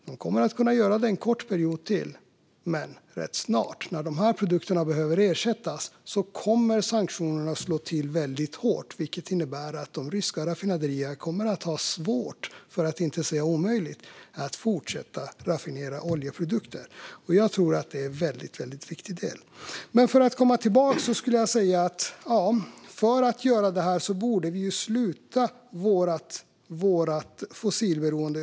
Man kommer att kunna göra det under ytterligare en kort period, men rätt snart, när produkterna behöver ersättas, kommer sanktionerna att slå till väldigt hårt. Det innebär att de ryska raffinaderierna kommer att ha svårt, för att inte säga omöjligt, att fortsätta att raffinera oljeprodukter. Jag tror att detta är en väldigt viktig del. Men låt mig komma tillbaka till det Jens Holm talar om. Ja, för att göra detta borde vi helt och hållet bryta vårt fossilberoende.